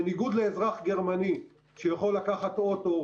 בניגוד לאזרח גרמני שיכול לקחת אוטו או